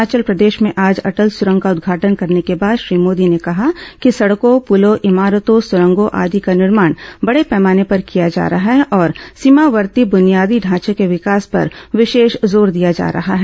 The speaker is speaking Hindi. हिमाचल प्रदेश में आज अटल सुरंग का उदघाटन करने के बाद श्री मोदी ने कहा कि सड़कों पूलों इमारतों सुरंगों आदि का निर्माण बडे पैमाने पर किया जा रहा है और सीमावर्ती बुनियादी ढांचे को विकास पर विशेष जोर दिया जा रहा है